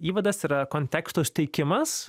įvadas yra konteksto suteikimas